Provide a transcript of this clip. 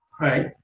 Right